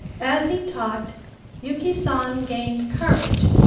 as he talked yuki san gained courage,